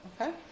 okay